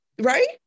right